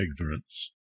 ignorance